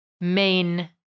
main